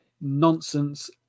nonsense